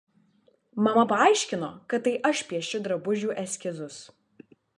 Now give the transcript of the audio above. mama paaiškino kad tai aš piešiu drabužių eskizus